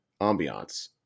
ambiance